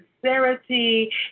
sincerity